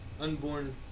unborn